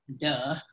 Duh